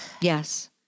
Yes